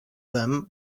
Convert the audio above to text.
them